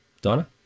Donna